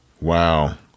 Wow